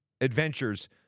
adventures